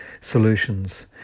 solutions